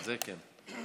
זה כן.